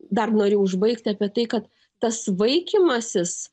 dar noriu užbaigti apie tai kad tas vaikymasis